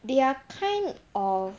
they are kind of